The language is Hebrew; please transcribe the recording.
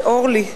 ואורלי.